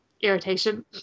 irritation